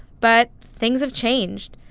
but things have changed.